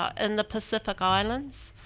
ah in the pacific islands,